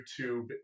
YouTube